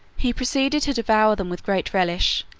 he proceeded to devour them with great relish,